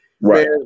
Right